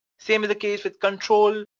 same is the case with control.